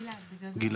כמו שגלעד אמר.